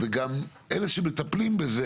וגם אלה שמטפלים בזה,